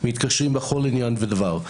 מתקשרים בכל דבר ועניין.